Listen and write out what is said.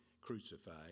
crucified